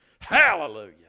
Hallelujah